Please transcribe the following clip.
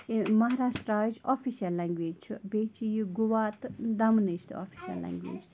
مہاراسٹرٛاہٕچ official language چھُ بیٚیہِ چھِ یہِ گُوا تہٕ دَمنٕچ تہٕ آفِشَل لینٛگویج